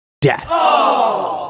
death